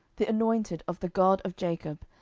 the anointed of the god of jacob,